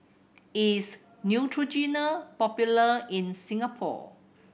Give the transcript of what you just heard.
is Neutrogena popular in Singapore